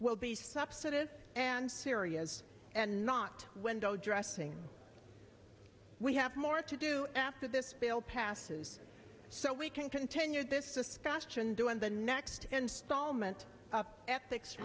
will be subsidized and serious and not window dressing we have more to do after this bill passes so we can continue this discussion during the next installment of ethics